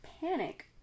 panic